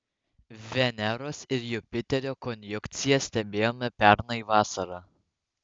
veneros ir jupiterio konjunkciją stebėjome pernai vasarą